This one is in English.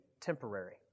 temporary